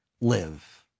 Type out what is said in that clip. live